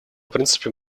принципе